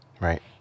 right